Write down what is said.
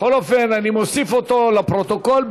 בכל אופן, אני מוסיף אותו לפרוטוקול.